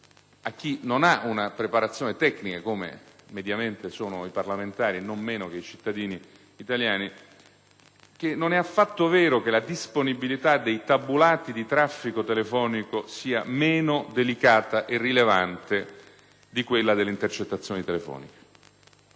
che non hanno una preparazione tecnica in materia (ciò che mediamente riguarda i parlamentari, non meno che i cittadini italiani), che non è affatto vero che la disponibilità dei tabulati di traffico telefonico sia meno delicata e rilevante di quella delle intercettazioni telefoniche.